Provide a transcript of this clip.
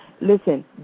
Listen